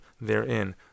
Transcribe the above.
therein